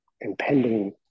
impending